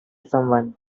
someone